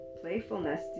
playfulness